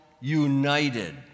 united